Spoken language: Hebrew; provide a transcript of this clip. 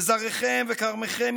וזרעיכם וכרמיכם